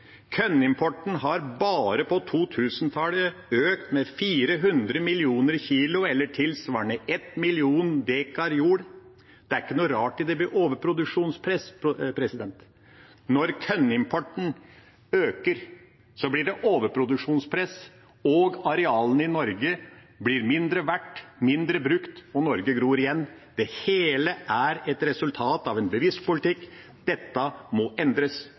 har bare på 2000-tallet økt med 400 millioner kg, eller tilsvarende 1 million dekar jord. Det er ikke rart det blir overproduksjonspress. Når kornimporten øker, blir det overproduksjonspress, og arealene i Norge blir mindre verdt og mindre brukt, og Norge gror igjen. Det hele er et resultat av en bevisst politikk. Dette må endres